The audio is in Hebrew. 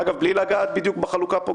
אגב, בלי לגעת בדיוק בחלוקה של